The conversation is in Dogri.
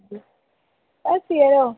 बस जरो